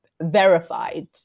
verified